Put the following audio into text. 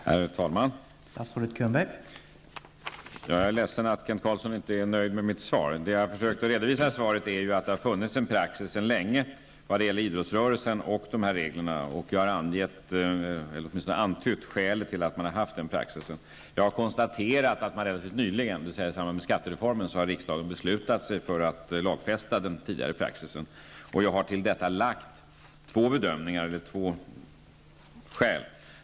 Herr talman! Jag är ledsen att Kent Carlsson inte är nöjd med mitt svar. Det jag försökte redovisa i svaret var att det sedan länge har funnits en praxis vad gäller idrottsrörelsen och dessa regler. Jag har antytt skälet till att man har haft denna praxis. Jag har konstaterat att riksdagen relativt nyligen, dvs. i samband med skattereformen, har beslutat sig för att lagfästa tidigare praxis. Jag har anfört två skäl till detta.